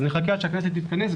אז נחכה עד שהכנסת תתכנס?